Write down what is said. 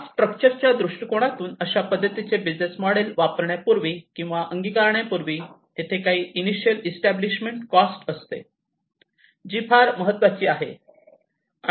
cost स्ट्रक्चरच्या दृष्टिकोनातून अशा पद्धतीचे बिझनेस मोडेल वापरण्यापूर्वी किंवा अंगीकारण्यापूर्वी येथे काही इनिशियल एस्टॅब्लिशमेंट कॉस्ट असते जी फार महत्त्वाची आहे